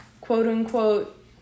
quote-unquote